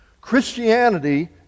Christianity